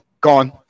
gone